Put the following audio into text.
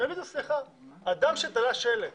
והם יגידו: אדם שתלה שלט